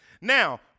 Now